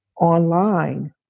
online